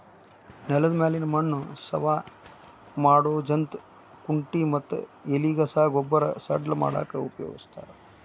ನೆಲದ ಮ್ಯಾಲಿನ ಮಣ್ಣ ಸವಾ ಮಾಡೋ ಜಂತ್ ಕುಂಟಿ ಮತ್ತ ಎಲಿಗಸಾ ಗೊಬ್ಬರ ಸಡ್ಲ ಮಾಡಾಕ ಉಪಯೋಗಸ್ತಾರ